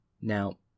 Now